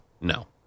No